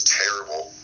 terrible